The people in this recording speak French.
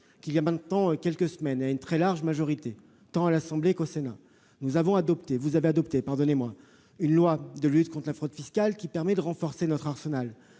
voilà maintenant quelques semaines, à une très large majorité, tant à l'Assemblée nationale qu'au Sénat, nous avons adopté ou, plutôt, vous avez adopté une loi de lutte contre la fraude fiscale qui permet de renforcer notre arsenal